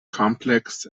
complex